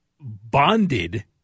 bonded